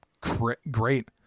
Great